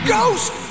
Ghost